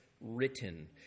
written